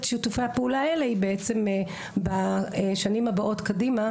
שיתופי הפעולה האלה היא בעצם בשנים הבאות קדימה,